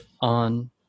on